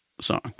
song